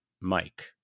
Mike